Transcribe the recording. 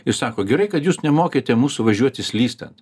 ir sako gerai kad jūs nemokėte mūsų važiuoti slystant